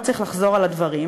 לא צריך לחזור על הדברים.